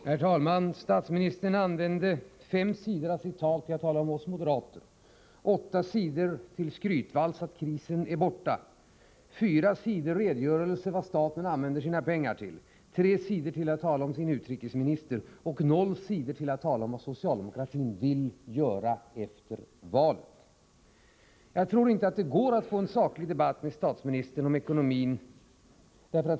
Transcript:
Herr talman! Statsministern använde fem sidor av manuskriptet till sitt tal till att tala om oss moderater, åtta sidor till en skrytvals om att krisen är över, fyra sidor till att redogöra för vad staten använder sina pengar till, tre sidor till att tala om sin utrikesminister och noll sidor till att tala om vad socialdemokratin vill göra efter valet. Jag tror inte att det går att få en saklig debatt med statsministern om ekonomin.